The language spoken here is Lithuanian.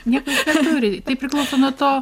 nieko jis neturi tai priklauso nuo to